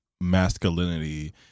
masculinity